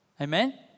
Amen